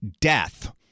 death